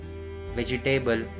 vegetable